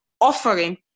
offering